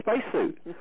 spacesuit